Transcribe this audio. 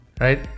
Right